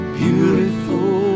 beautiful